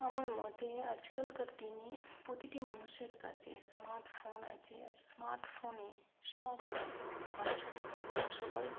আমার মতে আজকালকার দিনে প্রতিটি মানুষের কাছে স্মার্টফোন আছে আর স্মার্টফোনে সব্বাই বাচ্চা থেকে বুড়ো সবাই